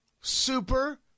Super